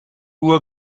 uhr